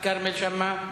כרמל שאמה?